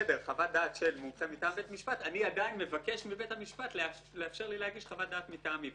אני עדיין מבקש מבית המשפט לאפשר לי להגיש חוות דעת מטעמי.